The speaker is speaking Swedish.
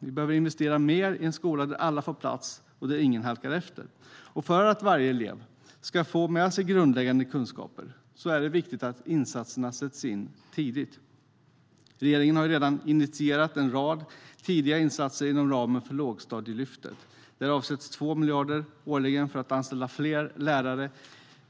Sverige behöver investera mer i en skola där alla får plats och där ingen tillåts halka efter. För att varje elev ska få med sig grundläggande kunskaper är det viktigt att insatserna sätts in tidigt. Regeringen har redan initierat en rad tidiga insatser inom ramen för Lågstadielyftet. Där avsätts 2 miljarder kronor årligen för att anställa fler lärare